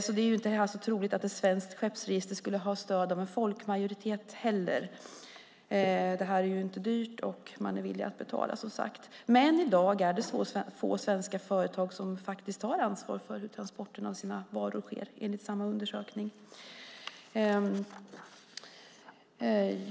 Det är alltså inte heller troligt att ett svenskt skeppsregister skulle ha stöd av en folkmajoritet. Det här är ju inte dyrt och man är som sagt villig att betala. Men i dag är det få svenska företag som faktiskt tar ansvar för hur transporterna av deras varor sker, enligt samma undersökning.